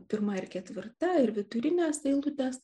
pirma ir ketvirta ir vidurinės eilutės